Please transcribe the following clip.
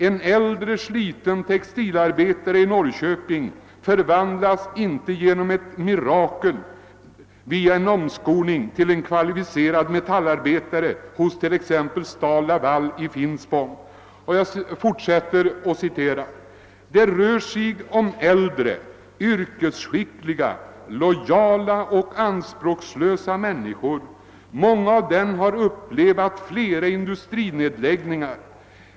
En äldre sliten textilarbetare i Norrköping förvandlas inte genom ett mirakel via en omskolning till en kvalificerad metallarbetare hos t.ex. Stal Laval i Finspång.> Och jag fortsätter att citera: »Det rör sig om äldre, yrkesskickliga, lojala och anspråkslösa människor. Många av dem har upplevt flera industrinedläggelser.